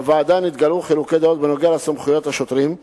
בוועדה נתגלעו חילוקי דעות בדבר סמכויות השוטרים.